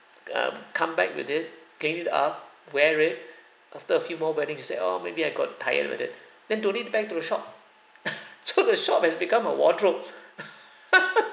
um come back with it clean it up wear it after a few more weddings she said oh maybe I got tired with it then donate back to the shop so the shop has become our wardrobe